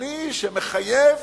ביטחוני שמחייב